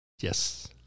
Yes